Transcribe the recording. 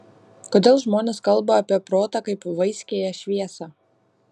kodėl žmonės kalba apie protą kaip vaiskiąją šviesą